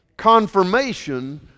confirmation